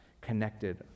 connected